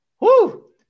Woo